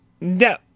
no